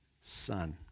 Son